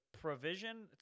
provision